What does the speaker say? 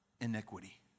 iniquity